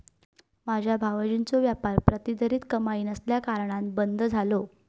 माझ्यो भावजींचो व्यापार प्रतिधरीत कमाई नसल्याकारणान बंद झालो